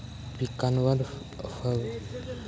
पिकांवर फवारणी करताना कोणते उपाय करावे लागतात?